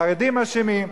החרדים אשמים,